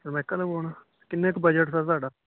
ਸਨਮੈਕਾ ਲਗਵਾਉਣਾ ਕਿੰਨੇ ਕੁ ਬਜਟ ਦਾ ਤੁਹਾਡਾ